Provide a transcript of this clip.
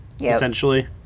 essentially